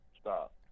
Stop